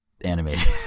animated